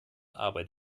arbeit